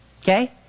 okay